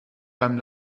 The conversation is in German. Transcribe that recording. beim